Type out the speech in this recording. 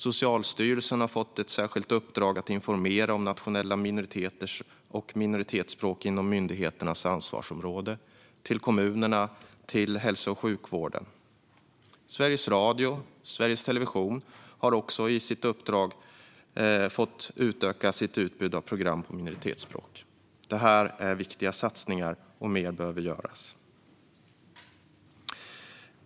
Socialstyrelsen har fått ett särskilt uppdrag att informera om nationella minoriteter och minoritetsspråk inom myndighetens ansvarsområde till kommunerna och till hälso och sjukvården. Sveriges Radio och Sveriges Television har också i uppdrag att utöka sitt utbud av program på minoritetsspråk. Det här är viktiga satsningar, och mer behöver göras.